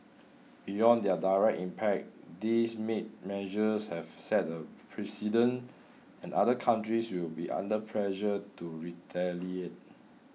beyond their direct impact these measures have set a precedent and other countries will be under pressure to retaliate